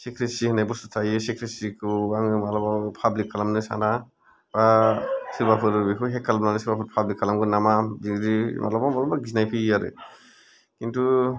secrecy होननाय बुस्थु थायो सिक्रेसिखौ आङो मालाबा मालाबा पाब्लिक खालामनो साना बा सोरबाफोर बेखौ हेक खालामनानै सोरबाफोर पाब्लिक खालामगोन नामा बिदि मालाबा मालाबा गिनाय फैयो आरो खिन्थु